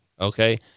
Okay